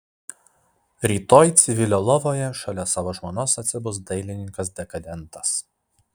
rytoj civilio lovoje šalia savo žmonos atsibus dailininkas dekadentas